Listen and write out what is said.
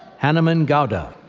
hanuman gowda,